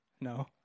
No